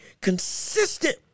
consistent